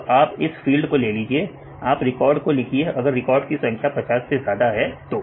अब आप इस फील्ड को लीजिए आप रिकॉर्ड को लिखिए अगर रिकॉर्ड की संख्या 50 से ज्यादा है तो